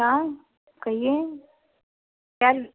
हाँ कहिए क्या ले